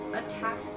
attack